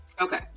Okay